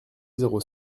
zéro